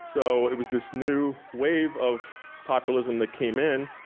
so it was this new wave of populism that came in,